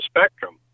spectrum